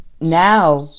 Now